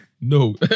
No